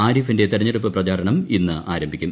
ആരിഫിന്റെ തെരഞ്ഞെടുപ്പ് പ്രചാരണം ്യ ഇന്ന് ആരംഭിക്കും